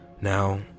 Now